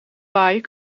waaien